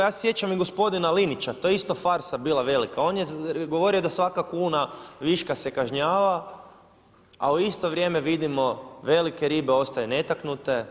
Ja se sjećam i gospodina Linića, to je isto farsa bila velika, on je govorio da svaka kuna viška se kažnjava a u isto vrijeme vidimo velike ribe ostaju netaknute.